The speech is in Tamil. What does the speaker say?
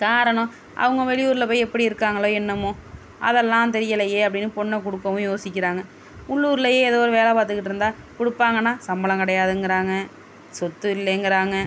காரணம் அவங்கள் வெளியூரில் போய் எப்படி இருக்காங்களோ என்னமோ அதெல்லாம் தெரியலையே அப்படின்னு பொண்ணு கொடுக்கவும் யோசிக்கிறாங்க உள்ளூர்லேயே எதோ ஒரு வேலை பார்த்துகிட்டு இருந்தால் கொடுப்பாங்கன்னா சம்பளம் கிடையாதுங்குறாங்க சொத்து இல்லேங்கிறாங்க